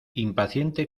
impaciente